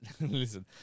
listen